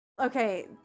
Okay